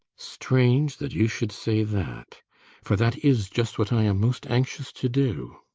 strange that you should say that for that is just what i am most anxious to do.